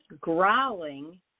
growling